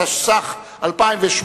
התשס"ח 2008,